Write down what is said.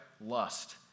Lust